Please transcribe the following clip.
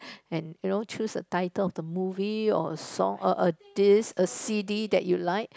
and you know choose the title of a movie or a song a a disk a c_d that you like